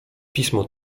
pismo